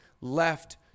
left